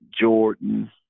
Jordan